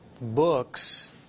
books